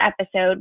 episode